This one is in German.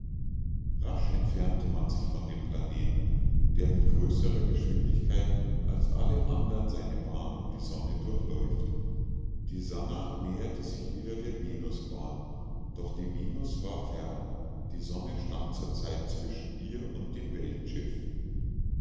rasch entfernte man sich von dem planeten der mit größerer geschwindigkeit als alle andern seine bahn um die sonne durchläuft die sannah näherte sich wieder der venusbahn doch die venus war fern die sonne stand zur zeit zwischen ihr und dem